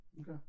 Okay